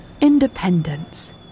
Independence